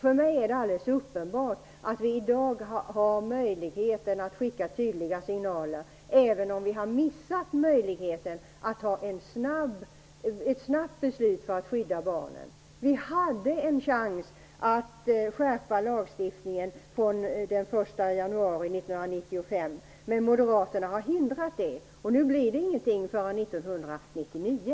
För mig är det alldeles uppenbart att vi i i dag kan skicka tydliga signaler, även om vi har missat möjligheten att fatta ett snabbt beslut för att skydda barnen. Vi hade en chans att skärpa lagstiftningen från den 1 januari 1995, men detta har Moderaterna hindrat. Nu blir det ingenting förrän 1999.